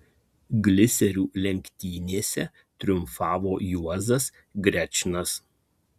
gliserių lenktynėse triumfavo juozas grečnas